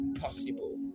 possible